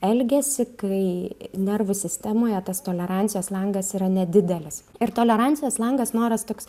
elgesį kai nervų sistemoje tas tolerancijos langas yra nedidelis ir tolerancijos langas noras toks